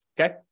okay